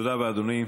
תודה רבה, אדוני.